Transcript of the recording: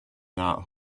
not